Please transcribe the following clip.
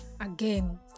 again